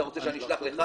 אתה רוצה שאני אשלח לך,